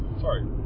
Sorry